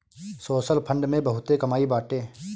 social fund में बहुते कमाई बाटे